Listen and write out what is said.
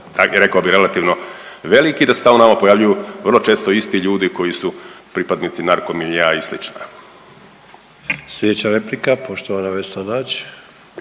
rekao bih relativno velik i da se tamo nama pojavljuju vrlo često isti ljudi koji su pripadnici narko miljea i slično. **Sanader, Ante